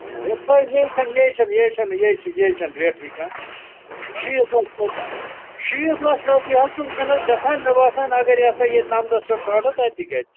یَپٲرۍ چھَنہٕ یےَ چھَنہٕ یےَ چھَنہٕ یَے چھَنہٕ ریٹٕے کانٛہہ شیٖتھ رۄپییہِ شیٖتھ لَچھ رۄپییہِ حظ چھُ ؤنکیٚنس گژھان مےٚ باسان اَگر یا سا یہِ نَمتس پٮ۪ٹھ ژھانٛڈو تَتہِ تہِ گژھِ